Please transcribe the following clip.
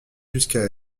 jusqu’à